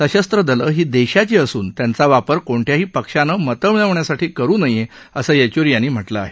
सशस्त्र दलं ही देशाची असून त्यांचा वापर कोणत्याही पक्षानं मतं मिळवण्यासाठी करू नये असं येचुरी यांनी म्हटलं आहे